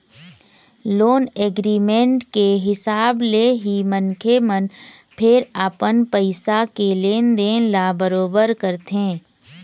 loan agreement के हिसाब ले ही मनखे मन फेर अपन पइसा के लेन देन ल बरोबर करथे